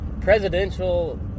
presidential